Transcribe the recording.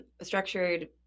structured